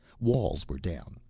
walls were down,